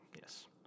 Yes